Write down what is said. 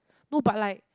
no but like